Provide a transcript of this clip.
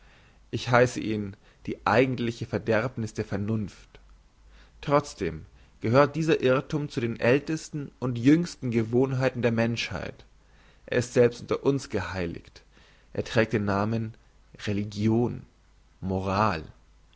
ich heisse ihn die eigentliche verderbniss der vernunft trotzdem gehört dieser irrthum zu den ältesten und jüngsten gewohnheiten der menschheit er ist selbst unter uns geheiligt er trägt den namen religion moral